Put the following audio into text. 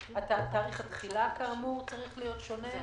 שתאריך התחילה כאמור צריך להיות שונה.